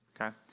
okay